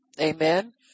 Amen